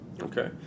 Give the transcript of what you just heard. Okay